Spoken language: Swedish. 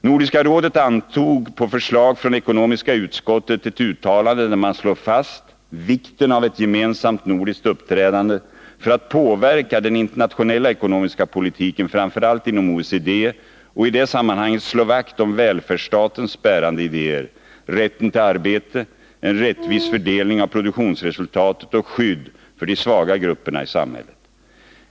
Nordiska rådet antog på förslag från ekonomiska utskottet ett uttalande, där man slår fast vikten av ett gemensamt nordiskt uppträdande för att påverka den internationella ekonomiska politiken, framför allt inom OECD, och i det sammanhanget slå vakt om välfärdsstatens bärande idéer: rätten till arbete, en rättvis fördelning av produktionsresultatet och skydd för de svaga grupperna i samhället.